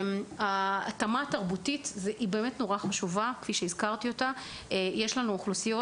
ההתאמה התרבותית חשובה, יש אוכלוסיות